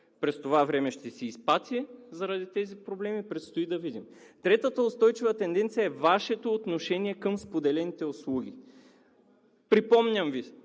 през това време ще си изпати заради тези проблеми, предстои да видим. Третата устойчива тенденция е Вашето отношение към споделените услуги. Колко